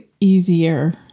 easier